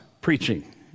preaching